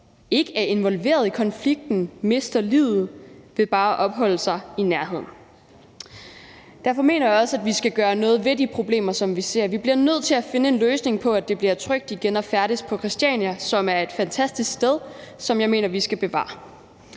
ikke er involveret i konflikten, mister livet ved bare at opholde sig i nærheden. Derfor mener jeg også, at vi skal gøre noget ved de problemer, som vi ser. Vi bliver nødt til at finde en løsning på, så det igen bliver trygt at færdes på Christiania, som er et fantastisk sted, som jeg mener vi skal bevare.